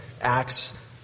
acts